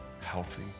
healthy